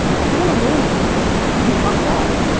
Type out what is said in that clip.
like you're gonna learn from this. you fucked up.